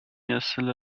يصل